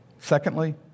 Secondly